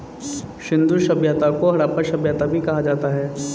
सिंधु सभ्यता को हड़प्पा सभ्यता भी कहा जाता है